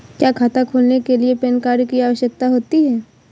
क्या खाता खोलने के लिए पैन कार्ड की आवश्यकता होती है?